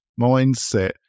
mindset